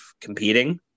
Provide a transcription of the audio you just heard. competing